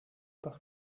par